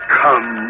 come